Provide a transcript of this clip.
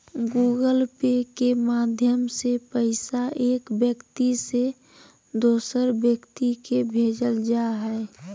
Google Pay के माध्यम से पैसा एक व्यक्ति से दोसर व्यक्ति के भेजल जा हय